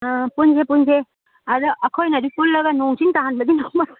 ꯑꯥ ꯄꯨꯟꯁꯦ ꯄꯨꯟꯁꯦ ꯑꯗ ꯑꯩꯈꯣꯏꯉꯩꯗꯤ ꯄꯨꯜꯂꯒ ꯅꯣꯡꯆꯤꯡ ꯇꯥꯍꯟꯕꯗꯤ ꯉꯝꯃꯔꯣꯏ